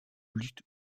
luth